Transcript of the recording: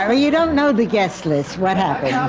um you don't know the guest list, what happens?